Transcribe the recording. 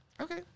okay